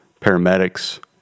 paramedics